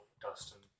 Dustin